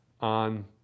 on